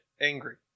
angry